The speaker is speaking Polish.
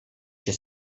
się